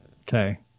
Okay